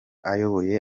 ayoboye